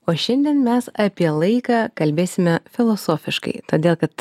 o šiandien mes apie laiką kalbėsime filosofiškai todėl kad